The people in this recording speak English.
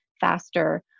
faster